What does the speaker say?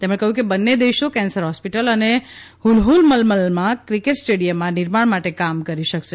તેમણે કહ્યું કે બંને દેશો કેન્સર હોસ્પીટલ અને ફલફલમલમાં ક્રિકેટ સ્ટેડિયમના નિર્માણ માટે કામ કરી રહ્યા છે